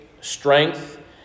strength